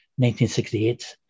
1968